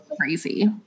crazy